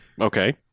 Okay